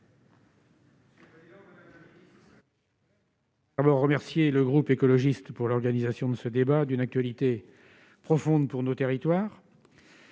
Merci